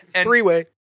Three-way